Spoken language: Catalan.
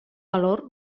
valor